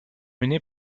mené